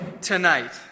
tonight